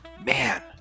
man